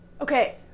Okay